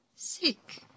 Sick